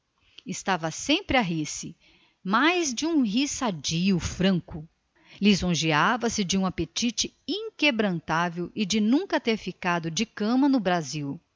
estava sempre de bom humor lisonjeava se de um apetite inquebrantável e de nunca haver ficado de cama no brasil